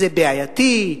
זה בעייתי,